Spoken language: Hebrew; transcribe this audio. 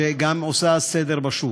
שגם עושה סדר בשוק.